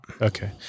Okay